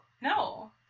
No